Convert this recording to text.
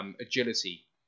agility